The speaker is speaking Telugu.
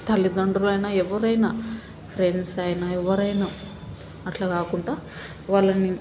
తల్లిదండ్రులైన ఎవరైనా ఫ్రెండ్స్ అయిన ఎవరైనా అట్లా కాకుండా వాళ్ళని